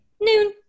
noon